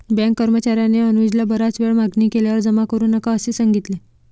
bank कर्मचार्याने अनुजला बराच वेळ मागणी केल्यावर जमा करू नका असे सांगितले